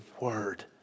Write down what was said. word